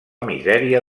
misèria